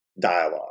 dialogue